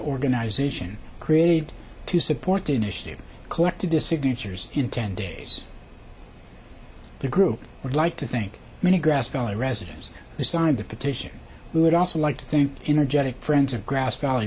organization created to support the initiative collected to signatures in ten days the group would like to think many grass valley residents who signed the petition would also like to think energetic friends of grass valley